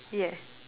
yeah